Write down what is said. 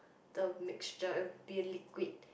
the mixture it will be a liquid